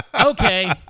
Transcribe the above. Okay